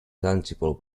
tangible